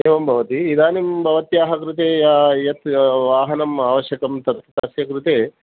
एवं भवति इदानीं भवत्याः कृते यत् वाहनम् आवश्यकं तत् तस्य कृते